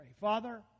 Father